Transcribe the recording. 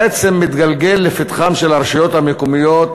בעצם מתגלגלות לפתחן של הרשויות המקומיות